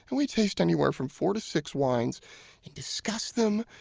and we taste anywhere from four to six wines and discuss them,